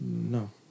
no